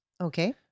Okay